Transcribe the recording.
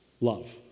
love